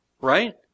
right